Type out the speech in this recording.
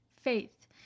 faith